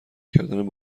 کردن